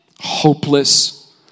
hopeless